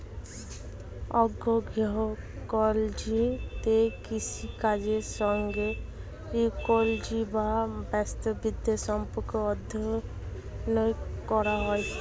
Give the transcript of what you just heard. অ্যাগ্রোইকোলজিতে কৃষিকাজের সঙ্গে ইকোলজি বা বাস্তুবিদ্যার সম্পর্ক অধ্যয়ন করা হয়